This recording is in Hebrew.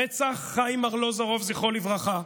רצח חיים ארלוזורוב, זכרו לברכה,